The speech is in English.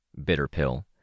Bitterpill